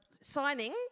signing